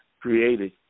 created